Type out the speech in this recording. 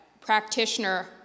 practitioner